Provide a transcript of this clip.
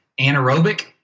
anaerobic